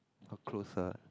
come closer